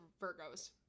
Virgos